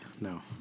no